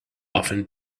often